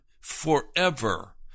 forever